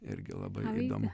irgi labai įdomu